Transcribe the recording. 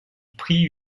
prit